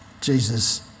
Jesus